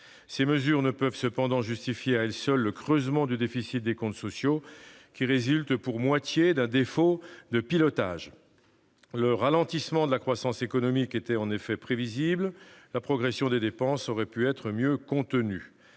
telles mesures ne peuvent pas justifier à elles seules le creusement du déficit des comptes sociaux, qui résulte pour moitié d'un défaut de pilotage. Le ralentissement de la croissance économique était en effet prévisible. La progression des dépenses aurait pu être mieux contenue.